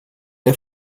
der